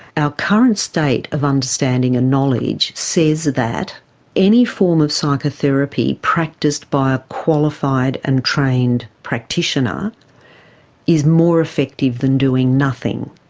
our current state of understanding and knowledge says that any form of psychotherapy practised by a qualified and trained practitioner is more effective than doing nothing.